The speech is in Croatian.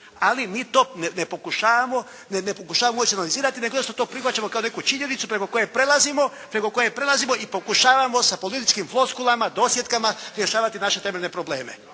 ali mi to ne pokušavamo …/Govornik se ne razumije./… nego jednostavno to prihvaćamo kao neku činjenicu preko koje prelazimo, preko koje prelazimo i pokušavamo sa političkim floskulama, dosjetkama rješavati naše temeljne probleme.